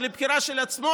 שלבחירה של עצמו,